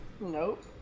Nope